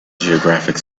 geographic